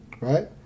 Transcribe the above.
right